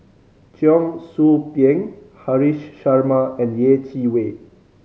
Cheong Soo Pieng Haresh Sharma and Yeh Chi Wei